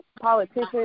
politicians